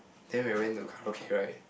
then when we went to karaoke right